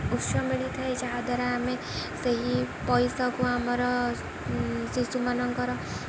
ଉତ୍ସ ମିଳିଥାଏ ଯାହାଦ୍ୱାରା ଆମେ ସେହି ପଇସାକୁ ଆମର ଶିଶୁମାନଙ୍କର